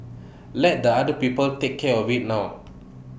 let the other people take care of IT now